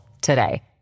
today